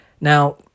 Now